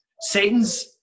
Satan's